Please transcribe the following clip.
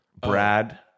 Brad